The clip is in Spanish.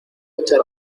echar